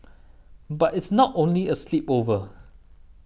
but it's not only a sleepover